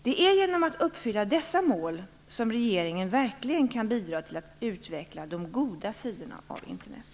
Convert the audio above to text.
Det är genom att uppfylla dessa mål som regeringen verkligen kan bidra till att utveckla de goda sidorna av Internet.